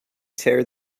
tear